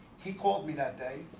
he called me that day